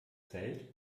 zelt